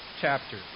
chapter